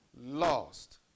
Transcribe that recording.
Lost